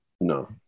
No